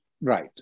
Right